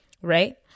right